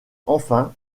enfin